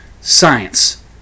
science